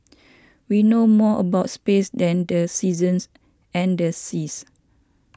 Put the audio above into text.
we know more about space than the seasons and the seas